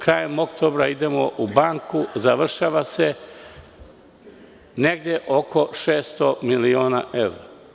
Krajem oktobra idemo u banku, završava se, negde oko 600 miliona evra.